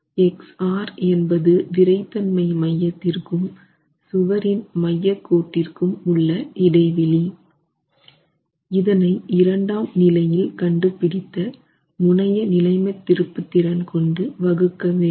xR என்பது விறைத்தன்மை மையத்திற்கும் சுவரின் மையக்கோட்டிற்கும் உள்ள இடைவெளி இதனை இரண்டாம் நிலையில் கண்டுபிடித்த முனையநிலைமத் திருப்புத்திறன் கொண்டு வகுக்க வேண்டும்